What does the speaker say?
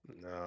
No